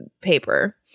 paper